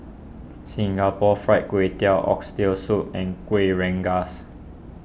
Singapore Fried Kway Tiao Oxtail Soup and Kuih Rengas